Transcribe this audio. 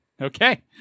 Okay